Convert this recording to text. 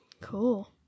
Cool